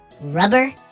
Rubber